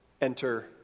Enter